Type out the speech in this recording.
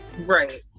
right